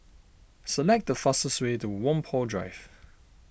select the fastest way to Whampoa Drive